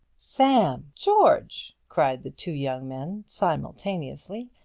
sam! george! cried the two young men simultaneously,